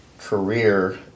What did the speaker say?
career